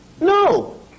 No